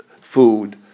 food